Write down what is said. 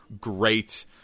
Great